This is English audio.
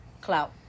clout